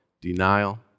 denial